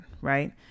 Right